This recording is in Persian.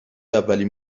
اولین